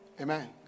Amen